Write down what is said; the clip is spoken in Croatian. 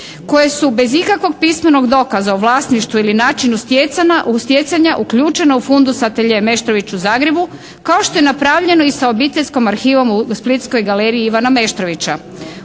koja su bez ikakvog pismenog dokaza o vlasništvu ili načinu stjecanja uključena u fundus atelje Meštrović u Zagrebu kao što je napravljeno i sa obiteljskom arhivom u splitskoj galeriji Ivana Meštrovića.